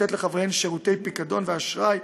לתת לחבריהן שירותי פיקדון ואשראי,